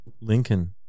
Lincoln